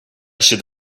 should